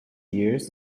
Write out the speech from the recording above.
years